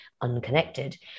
unconnected